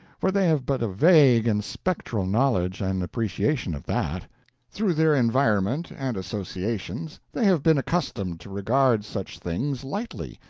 for they have but a vague and spectral knowledge and appreciation of that through their environment and associations they have been accustomed to regard such things lightly,